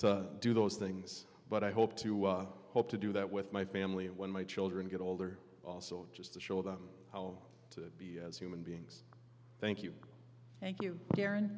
to do those things but i hope to hope to do that with my family when my children get older also just to show them how to be as human beings thank you thank you karen